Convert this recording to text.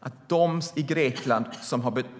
Det är de personer i Grekland